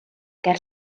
ger